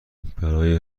برای